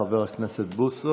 תודה רבה לחבר הכנסת בוסו.